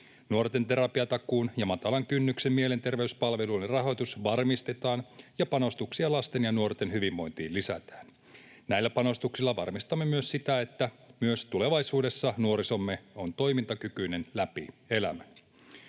Nuorten terapiatakuun ja matalan kynnyksen mielenterveyspalveluiden rahoitus varmistetaan ja panostuksia lasten ja nuorten hyvinvointiin lisätään. Näillä panostuksilla varmistamme myös sitä, että myös tulevaisuudessa nuorisomme on toimintakykyinen läpi elämän.